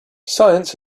science